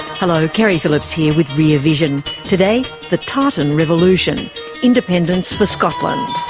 hello, keri phillips here with rear vision. today, the tartan revolution independence for scotland.